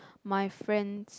my friend